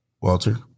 Walter